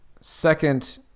second